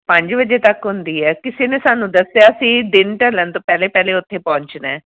ਪੰਜ ਵਜੇ ਤੱਕ ਹੁੰਦੀ ਹੈ ਕਿਸੇ ਨੇ ਸਾਨੂੰ ਦੱਸਿਆ ਸੀ ਦਿਨ ਢਲਣ ਤੋਂ ਪਹਿਲੇ ਪਹਿਲੇ ਉੱਥੇ ਪਹੁੰਚਣਾ